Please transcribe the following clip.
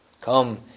Come